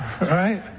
Right